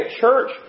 church